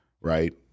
right